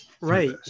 Right